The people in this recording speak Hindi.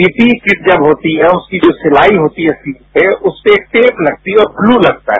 पीपीईकिट जब होती है उसकी जो सिलाई होती है उस पर एक टेप लगती है और ग्लू लगता है